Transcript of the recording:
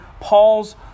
Paul's